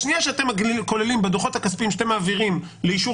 בשנייה שאתם כוללים בדוחות הכספיים שאתם מעבירים לאישור